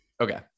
Okay